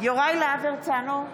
יוראי להב הרצנו,